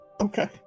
Okay